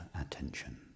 attention